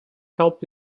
help